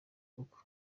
koko